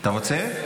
אתה רוצה?